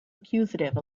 accusative